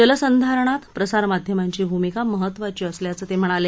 जल संधारणात प्रसारमाध्यमांची भूमिका महत्त्वाची असल्याचं ते म्हणाले